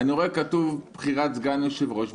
אני רואה שכתוב: בחירת סגן יושב-ראש.